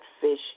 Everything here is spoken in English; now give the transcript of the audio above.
fish